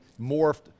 morphed